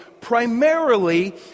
primarily